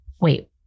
wait